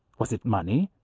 was it money?